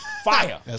Fire